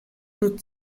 нүд